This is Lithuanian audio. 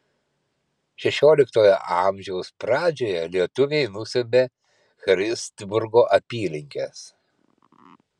šešioliktojo amžiaus pradžioje lietuviai nusiaubė christburgo apylinkes